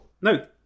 no